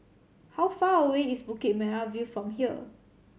how far away is Bukit Merah View from here